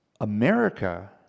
America